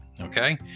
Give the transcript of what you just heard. okay